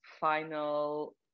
final